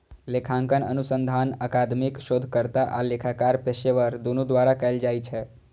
लेखांकन अनुसंधान अकादमिक शोधकर्ता आ लेखाकार पेशेवर, दुनू द्वारा कैल जाइ छै